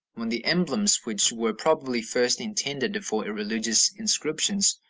when the emblems which were probably first intended for religious inscriptions,